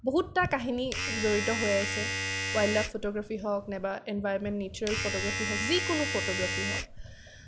বহুতটা কাহিনী জড়িত হৈ আছে ৱাইল্দ লাইফ ফটোগ্ৰাফি হওক নাইবা এনভাইৰনমেন্ট নেচাৰেল ফটোগ্ৰাফি হওক যিকোনো ফটোগ্ৰাফি হওক